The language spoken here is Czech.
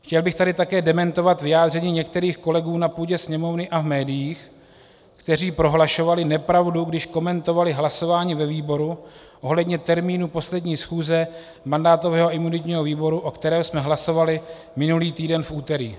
Chtěl bych tady také dementovat vyjádření některých kolegů na půdě Sněmovny a v médiích, kteří prohlašovali nepravdu, když komentovali hlasování ve výboru ohledně termínu poslední schůze mandátového a imunitního výboru, o kterém jsme hlasovali minulý týden v úterý.